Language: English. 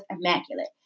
immaculate